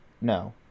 No